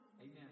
Amen